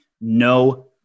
no